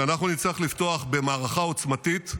שאנחנו נצטרך לפתוח במערכה עוצמתית,